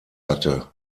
hatte